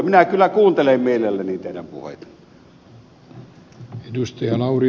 minä kyllä kuuntelen mielelläni teidän puheitanne